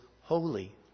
Holy